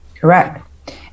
Correct